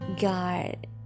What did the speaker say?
God